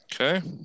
Okay